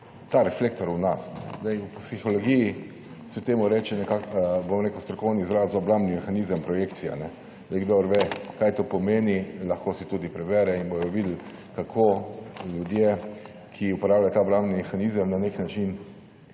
ta reflektor v nas. Sedaj v psihologiji se temu reče nekako, bom rekel, strokovni izraz, obrambni mehanizem, projekcija. Kdor ve kaj to pomeni, lahko si tudi prebere in bodo videli kako ljudje, ki uporabljajo ta obrambni mehanizem na nek način